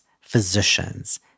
physicians